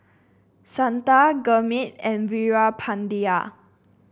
Santha Gurmeet and Veerapandiya